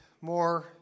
more